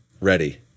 ready